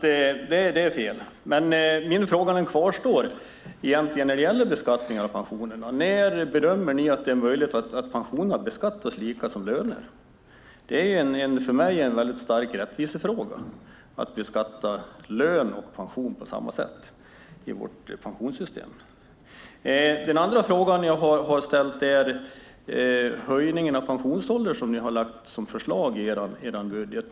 Det som sades var alltså fel. Men min fråga när det gäller beskattning av pensioner kvarstår. När bedömer ni att det är möjligt att beskatta pensioner på samma sätt som löner? Det är för mig en rättvisefråga att man beskattar lön och pension på samma sätt. Den andra frågan som jag har ställt gäller det förslag om en höjning av pensionsåldern som ni har i er budget.